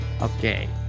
Okay